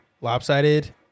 lopsided